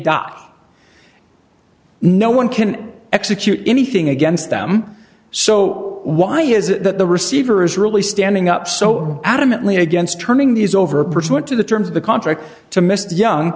got no one can execute anything against them so why is it that the receiver is really standing up so adamantly against turning these over pursuant to the terms of the contract to mr young